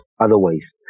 Otherwise